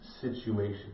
situation